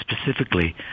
specifically